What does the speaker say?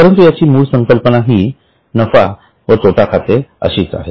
परंतु याची मूळ संकल्पना ही नफा व तोटा खाते अशीच आहे